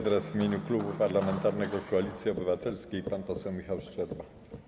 Teraz w imieniu Klubu Parlamentarnego Koalicja Obywatelska pan poseł Michał Szczerba.